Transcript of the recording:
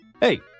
Hey